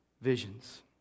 visions